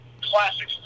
Classic